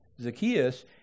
Zacchaeus